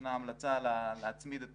ישנה המלצה להצמיד את